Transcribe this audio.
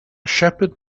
shepherd